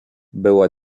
było